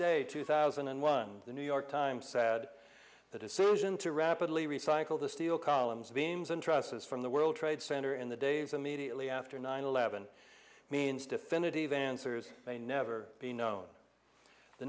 day two thousand and one the new york times said the decision to rapidly recycle the steel columns beams and trusses from the world trade center in the days immediately after nine eleven means definitive answers may never be known the